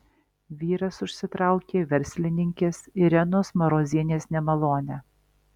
vyras užsitraukė verslininkės irenos marozienės nemalonę